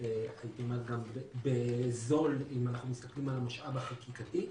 ואגב בזול אם אנחנו מסתכלים על המשאב החקיקתי,